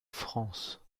france